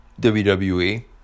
WWE